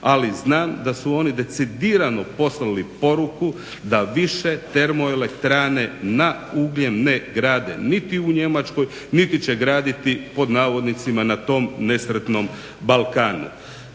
ali znam da su oni decidirano poslali poruku da više termoelektrane na ugljen ne grade niti u Njemačkoj niti će graditi "na tom nesretnom Balkanu".